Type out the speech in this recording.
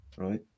Right